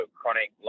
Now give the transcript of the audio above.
chronic